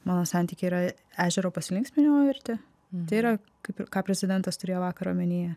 mano santykiai yra ežero pasilinksminimo verti vyro kaip ir ką prezidentas turėjo vakar omenyje